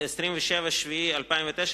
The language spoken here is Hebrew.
27 ביולי 2009,